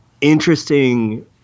interesting